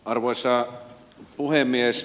arvoisa puhemies